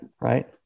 right